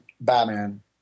Batman